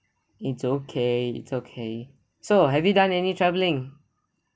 it's okay it's okay so have you done any traveling